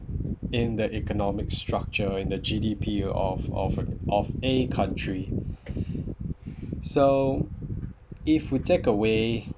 in the economic structure in the G_D_P of of of a country so if you take away